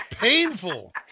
painful